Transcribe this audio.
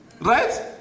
Right